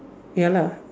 ya lah